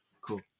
cool